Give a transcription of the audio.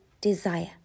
desire